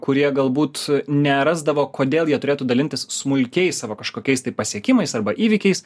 kurie galbūt nerasdavo kodėl jie turėtų dalintis smulkiais savo kažkokiais tai pasiekimais arba įvykiais